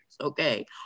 okay